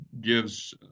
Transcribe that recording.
gives